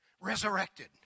resurrected